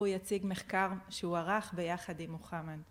הוא יציג מחקר שהוא ערך ביחד עם מוחמד